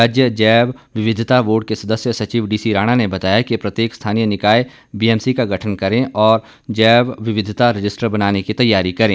राज्य जैव विविधता बोर्ड के सदस्य सचिव डीसी राणा ने बताया कि प्रत्येक स्थानीय निकाय बीएमसी का गठन करें और जैव विविधता रजिस्टर बनाने की तैयारी करे